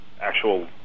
actual